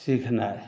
सीखनाइ